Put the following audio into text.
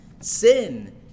Sin